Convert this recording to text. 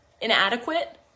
inadequate